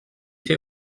fait